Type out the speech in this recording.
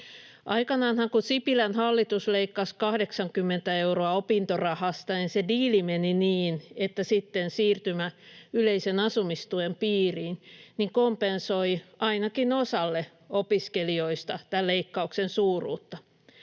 Aikanaanhan, kun Sipilän hallitus leikkasi 80 euroa opintorahasta, se diili meni niin, että sitten siirtymä yleisen asumistuen piiriin kompensoi ainakin osalle opiskelijoista tämän leikkauksen suuruutta.